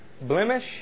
blemish